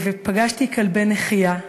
פגשתי כלבי נחייה,